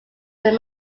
their